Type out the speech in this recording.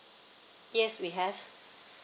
yes we have